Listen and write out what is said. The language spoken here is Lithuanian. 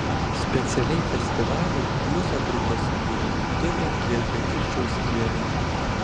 specialiai festivaliui bliuzo grupę subūrė lietuvė giedrė kilčiauskienė